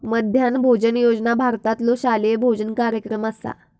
मध्यान्ह भोजन योजना भारतातलो शालेय भोजन कार्यक्रम असा